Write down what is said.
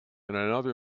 another